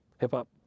hip-hop